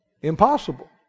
Impossible